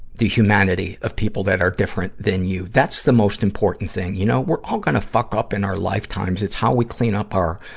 the humanity of people that are different than you. that's the most important thing, you know. we're all gonna fuck up in our lifetimes it's how we clean up our,